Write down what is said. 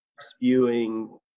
spewing